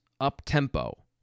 up-tempo